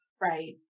Right